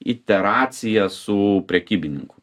iteraciją su prekybininku